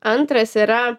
antras yra